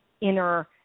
inner